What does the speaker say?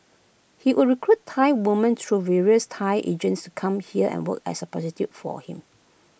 he would recruit Thai women through various Thai agents to come here and work as prostitutes for him